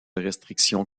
restrictions